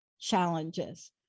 challenges